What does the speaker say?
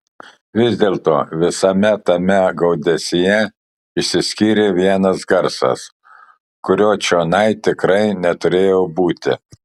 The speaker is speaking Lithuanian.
vis dėlto visame tame gaudesyje išsiskyrė vienas garsas kurio čionai tikrai neturėjo būti